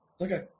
Okay